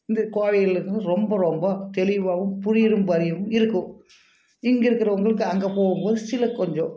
வந்து கோவையில் ரொம்ப ரொம்ப தெளிவாகவும் புரிகிற படியும் இருக்கும் இங்கே இருக்கிறவங்களுக்கு அங்கே போகும் போது சில கொஞ்சம்